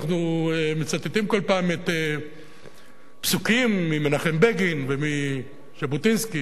אנחנו מצטטים כל פעם פסוקים ממנחם בגין ומז'בוטינסקי,